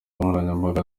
nkoranyambaga